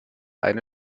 eine